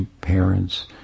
parents